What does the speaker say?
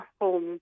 home